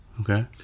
Okay